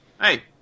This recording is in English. Hey